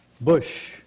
Bush